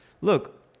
look